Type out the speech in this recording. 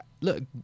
Look